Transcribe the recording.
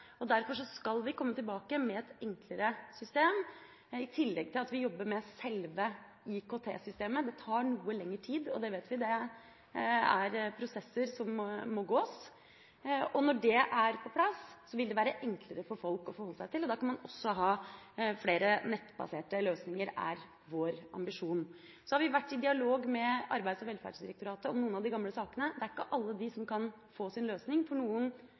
Derfor skal vi komme tilbake med et enklere system, i tillegg til at vi jobber med selve IKT-systemet. Det tar noe lengre tid – det vet vi. Det er prosesser som må gås. Når det er på plass, vil det være enklere for folk å forholde seg til det. Da kan man også ha flere nettbaserte løsninger – det er vår ambisjon. Så har vi vært i dialog med Arbeids- og velferdsdirektoratet om noen av de gamle sakene. Det er ikke alle som kan få sin løsning – noen